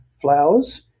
flowers